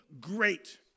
great